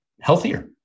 healthier